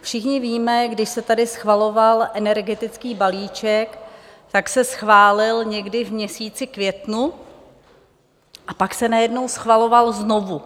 Všichni víme, když se tady schvaloval energetický balíček, tak se schválil někdy v měsíci květnu, a pak se najednou schvaloval znovu.